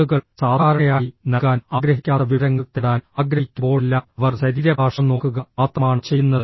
ആളുകൾ സാധാരണയായി നൽകാൻ ആഗ്രഹിക്കാത്ത വിവരങ്ങൾ തേടാൻ ആഗ്രഹിക്കുമ്പോഴെല്ലാം അവർ ശരീരഭാഷ നോക്കുക മാത്രമാണ് ചെയ്യുന്നത്